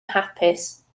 hapus